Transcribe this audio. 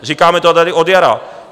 Říkáme to tady od jara.